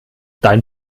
dein